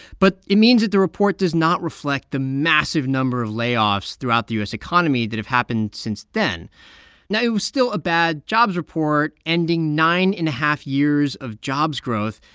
but it means that the report does not reflect the massive number of layoffs throughout the u s. economy that have happened since then now, it was still a bad jobs report, ending nine and a half years of jobs growth,